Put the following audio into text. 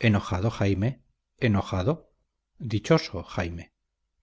enojado jaime enojado dichoso jaime